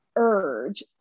urge